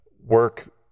work